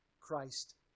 Christ